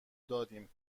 دادیم